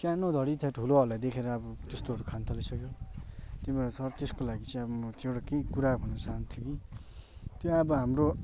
सानो धरि छ ठुलोहरूलाई देखेर अब त्यस्तोहरू खानु थालिसक्यो त्यही भएर सर त्यसको लागि चाहिँ अब म त्यो एउटा केही कुरा भन्नु चाहन्थेँ कि त्यो अब हाम्रो